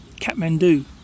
Kathmandu